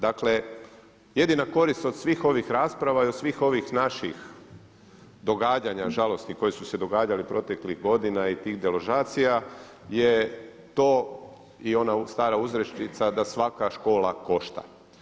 Dakle, jedina korist od svih ovih rasprava i od svih ovih naših događanja, žalosti koje su se događale proteklih godina i tih deložacija je to i ona stara uzrečica da svaka škola košta.